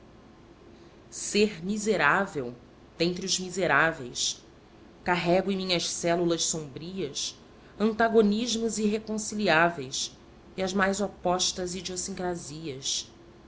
ser miserável dentre os miseráveis carrego em minhas células sombrias antagonismos irreconciliáveis e as mais opostas idiosincrasias